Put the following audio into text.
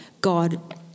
God